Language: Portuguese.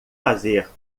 fazer